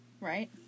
Right